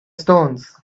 stones